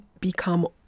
become